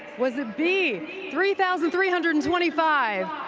was it b three thousand three hundred and twenty five,